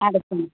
അടക്കണം